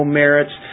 merits